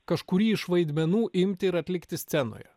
kažkurį iš vaidmenų imti ir atlikti scenoje